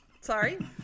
Sorry